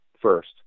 first